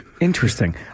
Interesting